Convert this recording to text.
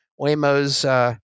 Waymo's